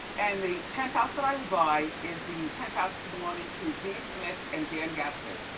and the penthouse that i would buy is the penthouse belonging to b. smith and dan gatsby.